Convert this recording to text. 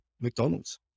mcdonald's